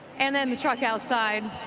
and then the truck outside.